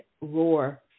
Roar